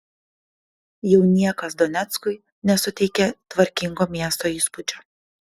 jau niekas doneckui nesuteikia tvarkingo miesto įspūdžio